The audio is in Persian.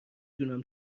دونم